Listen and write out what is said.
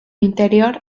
interior